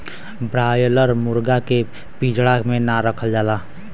broiler मुरगा के पिजड़ा में ना रखल जाला